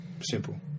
Simple